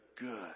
Good